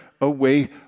away